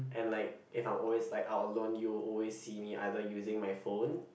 and like if I'm always like out alone you will always see me either using my phone